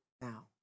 now